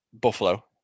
Buffalo